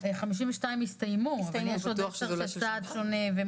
52 הסתיימו אבל ייתכן שנדרש סעד שונה.